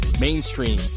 Mainstream